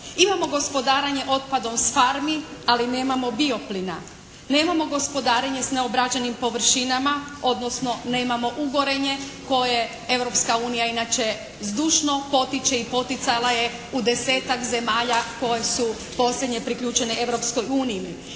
Imamo gospodarenje otpadom s farmi, ali nemamo bioplina. Nemamo gospodarenje s neobrađenim površinama, odnosno nemamo ugorenje koje Europska unija zdušno potiče i poticala je u desetak zemalja koje su posljednje priključene